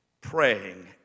praying